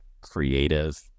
creative